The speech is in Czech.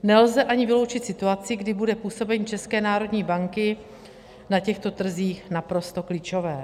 Nelze ani vyloučit situaci, kdy bude působení České národní banky na těchto trzích naprosto klíčové.